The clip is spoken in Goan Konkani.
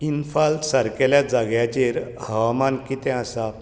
इन्फाल सारकेल्ल्या जाग्याचेर हवामान कितें आसा